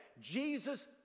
Jesus